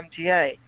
MTA